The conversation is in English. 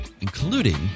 including